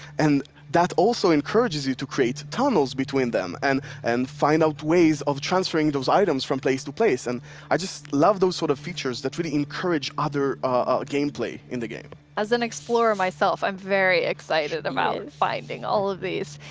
and that also encourages you to create tunnels between them and and find out ways of transferring those items from place to place. and i just love those sort of features that really encourage other gameplay in the game. as an explorer myself, i'm very excited um about finding all of these.